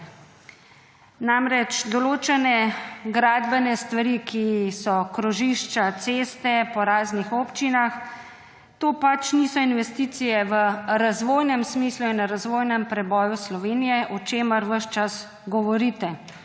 Namreč, določene gradbene stvari, kot so krožišča, ceste po raznih občinah, to pač niso investicije v razvojnem smislu in razvojnem preboju Slovenije, o čemer ves čas govorite,